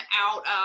out